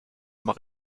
immer